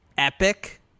epic